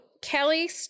Kelly